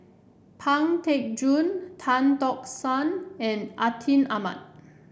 Pang Teck Joon Tan Tock San and Atin Amat